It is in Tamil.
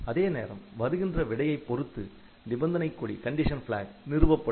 அதே நேரம் வருகின்ற விடையைப் பொறுத்து நிபந்தனை கொடி நிறுவப்படும்